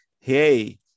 hey